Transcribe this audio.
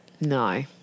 No